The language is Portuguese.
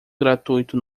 gratuito